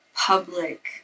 public